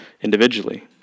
individually